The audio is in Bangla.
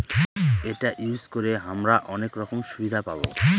এটা ইউজ করে হামরা অনেক রকম সুবিধা পাবো